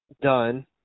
done